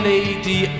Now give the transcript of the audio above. Lady